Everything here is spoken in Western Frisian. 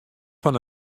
fan